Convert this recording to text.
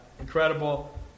Incredible